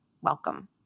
Welcome